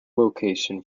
location